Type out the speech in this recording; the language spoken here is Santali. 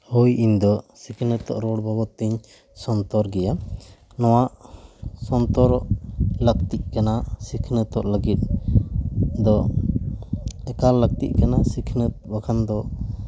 ᱦᱳᱭ ᱤᱧ ᱫᱚ ᱥᱤᱠᱷᱱᱟᱹᱛ ᱨᱚᱲ ᱵᱟᱵᱚᱫ ᱛᱮᱧ ᱥᱚᱱᱛᱚᱨ ᱜᱮᱭᱟ ᱱᱚᱣᱟ ᱥᱚᱱᱛᱚᱨᱚᱜ ᱞᱟᱹᱠᱛᱤᱜ ᱠᱟᱱᱟ ᱥᱤᱠᱷᱱᱟᱹᱛᱚᱜ ᱞᱟᱹᱜᱤᱫ ᱫᱚ ᱮᱠᱟᱞ ᱞᱟᱹᱠᱛᱤᱜ ᱠᱟᱱᱟ ᱥᱤᱠᱷᱱᱟᱹᱛ ᱵᱟᱠᱷᱟᱱ ᱫᱚ